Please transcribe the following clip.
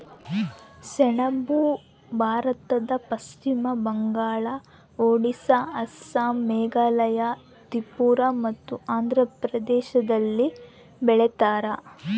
ಸೆಣಬು ಭಾರತದ ಪಶ್ಚಿಮ ಬಂಗಾಳ ಒಡಿಸ್ಸಾ ಅಸ್ಸಾಂ ಮೇಘಾಲಯ ತ್ರಿಪುರ ಮತ್ತು ಆಂಧ್ರ ಪ್ರದೇಶದಲ್ಲಿ ಬೆಳೀತಾರ